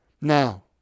now